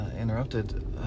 interrupted